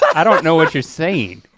i don't know what you're saying.